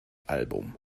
album